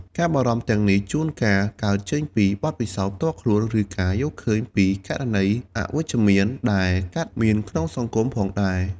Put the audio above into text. ការបារម្ភទាំងនេះជួនកាលកើតចេញពីបទពិសោធន៍ផ្ទាល់ខ្លួន ឬការយល់ឃើញពីករណីអវិជ្ជមានដែលកើតមានក្នុងសង្គមផងដែរ ។